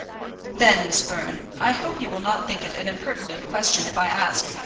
then, miss byrne, i hope you will not think it an impertinent question if i ask,